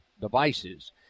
devices